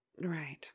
Right